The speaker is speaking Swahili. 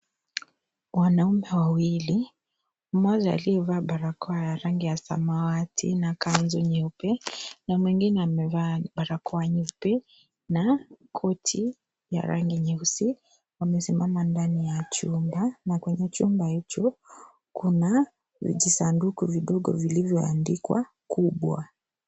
Wanaume wawili mmoja akiwa amevaa barakoa ya rangi ya samawati na kanzu nyeupe na mwingine amevaa barakoa nyeupe na koti ya rangi nyeusi amesimama ndani ya chumba , na kwenye chumba hicho kuna vijisanduku vidogo vilivyoandikwa kubwa.